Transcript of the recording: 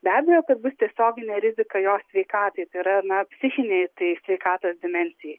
be abejo kad bus tiesioginė rizika jo sveikatai tai yra na psichinei tai sveikatos dimensijai